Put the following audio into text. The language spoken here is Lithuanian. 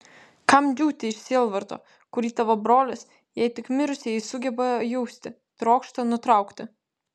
kam džiūti iš sielvarto kurį tavo brolis jei tik mirusieji sugeba jausti trokšta nutraukti